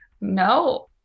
No